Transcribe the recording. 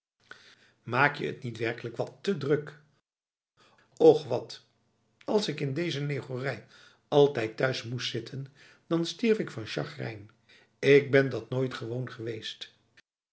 maak je het niet werkelijk wat te druk och wat als ik in deze negorij altijd thuis moest zitten dan stierf ik van chagrijn ik ben dat nooit gewoon geweest